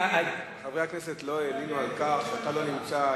חברי הכנסת לא הלינו על כך שאתה לא נמצא,